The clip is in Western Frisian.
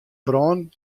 brân